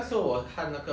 um